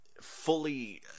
fully